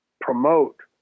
promote